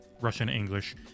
Russian-English